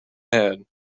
had